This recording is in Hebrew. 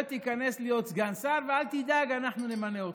תיכנס להיות סגן שר, ואל תדאג, אנחנו נמנה אותך,